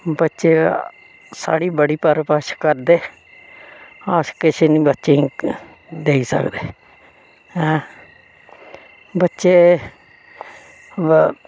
बच्चे साढ़ी बड़ी परवरश करदे अस किश नेिं बच्चें ई देई सकदे ऐं बच्चे बा